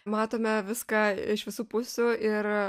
matome viską iš visų pusių ir